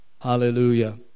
Hallelujah